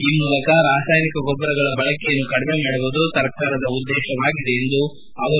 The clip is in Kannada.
ಈ ಮೂಲಕ ರಾಸಾಯನಿಕ ಗೊಬ್ಲರಗಳ ಬಳಕೆಯನ್ನು ಕಡಿಮೆ ಮಾಡುವುದು ಸರ್ಕಾರದ ಉದ್ದೇಶವಾಗಿದೆ ಎಂದರು